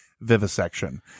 vivisection